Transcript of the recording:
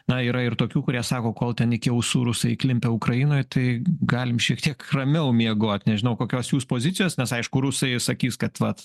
na yra ir tokių kurie sako kol ten iki ausų rusai įklimpę ukrainoj tai galim šiek tiek ramiau miegot nežinau kokios jūs pozicijos nes aišku rusai sakys kad vat